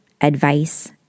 advice